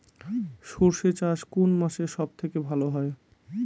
সর্ষে চাষ কোন মাসে সব থেকে ভালো হয়?